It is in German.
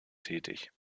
tätig